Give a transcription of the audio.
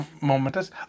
momentous